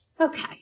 okay